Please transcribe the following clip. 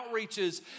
outreaches